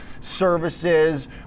services